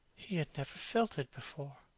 he had never felt it before.